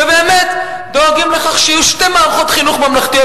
ובאמת דואגים לכך שיהיו שתי מערכות חינוך ממלכתיות,